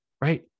Right